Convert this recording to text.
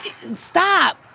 stop